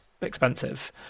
expensive